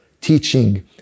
teaching